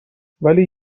ولی